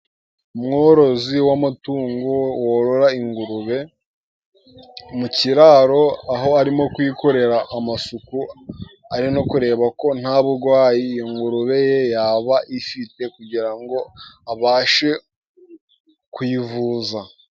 Umworozi w'amatungo worora ingurube mu kiraro ,aho arimo kuyikorera amasuku ari no kureba ko nta burwayi ingurube ye yaba ifite kugira ngo abashe kuyivuza.